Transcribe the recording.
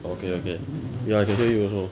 okay okay ya I can hear you also